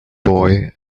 boy